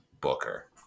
Booker